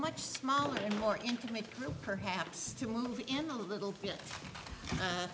much smaller and more intimate group perhaps to move in a little bit